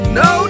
no